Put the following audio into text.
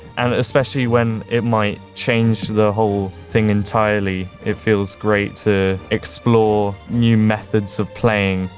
and especially when it might change the whole thing entirely, it feels great to explore new methods of playing.